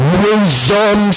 wisdom